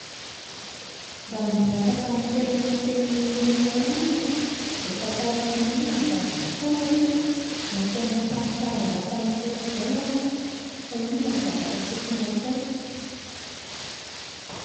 Raha mbola afaka miteny amin'ny fitenin'ny olombelona ihany aho a dia tantaraiko ny olona ny zava-nitranga hoe nataon'ny mpamosavy lasa alika ohatr'izao aho a fa inona no zavatra tokony hataoko